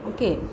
Okay